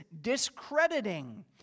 discrediting